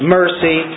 mercy